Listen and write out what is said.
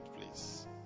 please